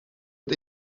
het